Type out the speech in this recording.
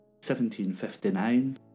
1759